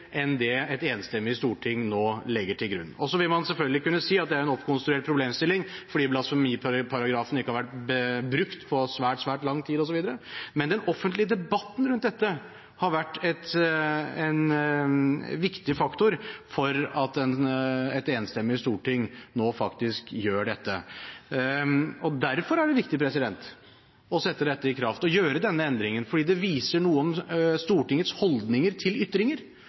enn det et enstemmig storting nå legger til grunn. Så vil man selvfølgelig kunne si at det er en oppkonstruert problemstilling, fordi blasfemiparagrafen ikke har vært brukt på svært, svært lang tid osv., men den offentlige debatten rundt dette har vært en viktig faktor for at et enstemmig storting nå faktisk gjør dette. Derfor er det viktig å sette dette i kraft og gjøre denne endringen, fordi det viser noe om Stortingets holdninger til ytringer,